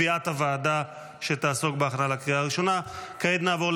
בעד, אין נמנעים, נוכח אחד.